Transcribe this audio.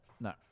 No